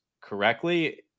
correctly